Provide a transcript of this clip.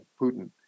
putin